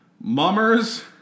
Mummers